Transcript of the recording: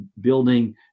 building